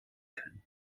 können